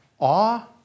awe